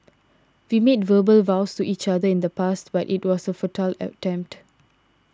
we made verbal vows to each other in the past but it was a futile attempt